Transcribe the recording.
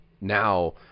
now